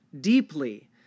deeply